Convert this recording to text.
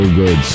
good